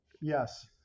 Yes